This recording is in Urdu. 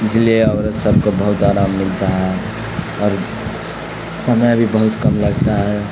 اس لیے عورت سب کو بہت آرام ملتا ہے اور سمے بھی بہت کم لگتا ہے